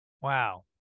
Wow